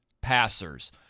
passers